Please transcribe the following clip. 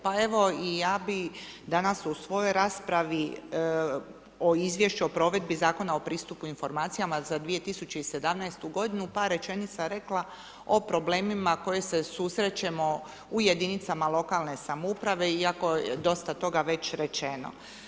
Pa evo i ja bih danas u svojoj raspravi o izvješću o provedbi Zakona o pristupu informacijama za 2017. godinu par rečenica rekla o problemima koji se susrećemo u jedinicama lokalne samouprave i ako je dosta toga već rečeno.